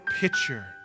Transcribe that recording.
picture